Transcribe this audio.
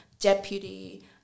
Deputy